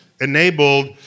enabled